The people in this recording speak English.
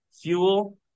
fuel